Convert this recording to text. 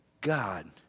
God